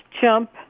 jump